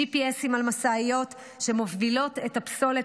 GPS על משאיות שמובילות את הפסולת,